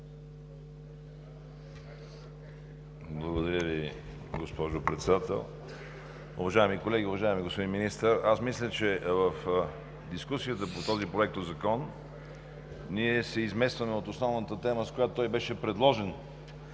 Благодаря Ви, госпожо Председател. Уважаеми колеги, уважаеми господин Министър! Аз мисля, че в дискусията по този законопроект ние се изместваме от основната тема, с която той беше предложен